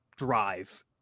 drive